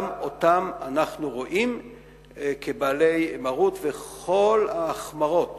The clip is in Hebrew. גם אותם אנחנו רואים כבעלי מרות, וכל ההחמרות